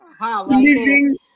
Living